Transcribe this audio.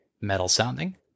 metal-sounding